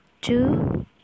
two